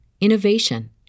innovation